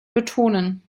betonen